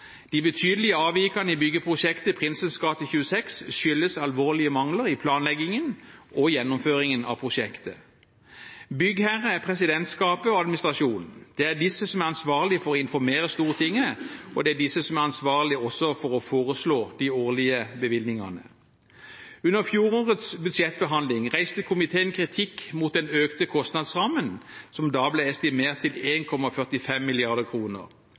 De betydelige avvikene i byggeprosjektet Prinsens gate 26 skyldes alvorlige mangler i planleggingen og gjennomføringen av prosjektet. Byggherre er presidentskapet og administrasjonen. Det er disse som er ansvarlige for å informere Stortinget, og det er disse som er ansvarlige også for å foreslå de årlige bevilgningene. Under fjorårets budsjettbehandling reiste komiteen kritikk mot den økte kostnadsrammen, som da ble estimert til